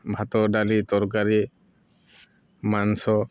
ଭାତ ଡ଼ାଲି ତରକାରୀ ମାଂସ